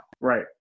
Right